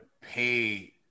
pay